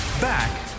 Back